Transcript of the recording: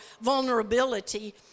vulnerability